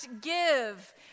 give